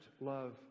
love